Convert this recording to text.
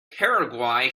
paraguay